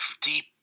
deep